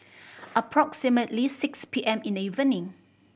approximately six P M in the evening